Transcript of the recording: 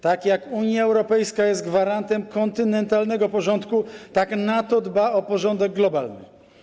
Tak jak Unia Europejska jest gwarantem kontynentalnego porządku, tak NATO dba o porządek globalny.